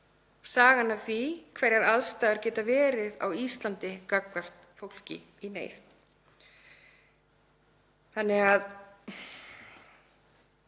sagan af því hvernig aðstæður geta verið á Íslandi gagnvart fólki í neyð. Því hefur